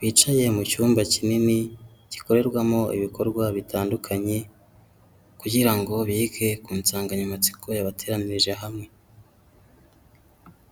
bicaye mu cyumba kinini gikorerwamo ibikorwa bitandukanye kugira ngo bige ku nsanganyamatsiko yabateranyirije hamwe.